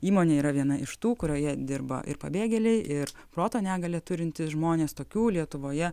įmonė yra viena iš tų kurioje dirba ir pabėgėliai ir proto negalią turintys žmonės tokių lietuvoje